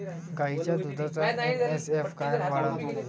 गायीच्या दुधाचा एस.एन.एफ कायनं वाढन?